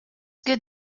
good